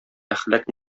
әхлак